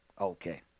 Okay